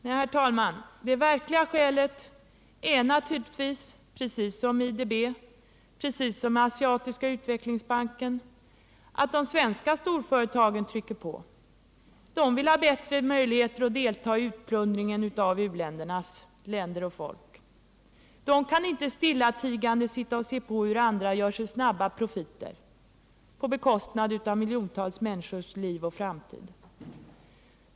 Nej, herr talman, det verkliga skälet är naturligtvis precis som med IDB, precis som med Asiatiska utvecklingsbanken, att de svenska storföretagen trycker på. De vill ha bättre möjligheter att delta i utplundringen av tredje världens länder och folk. De kan inte stillatigande sitta och se på hur andra gör sig snabba profiter på bekostnad av miljontals människors liv och framtid.